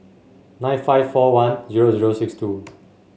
nine five four one zero zero six two